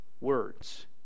words